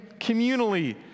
communally